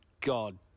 god